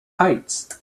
heights